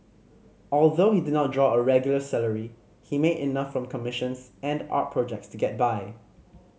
although he did not draw a regular salary he made enough from commissions and art projects to get by